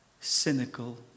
cynical